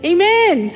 Amen